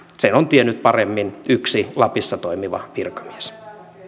sen on tiennyt paremmin yksi lapissa toimiva virkamies